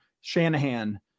Shanahan